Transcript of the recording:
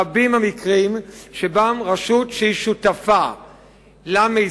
רבים המקרים שבהם רשות שהיא שותפה למיזם